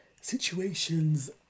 situations